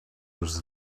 was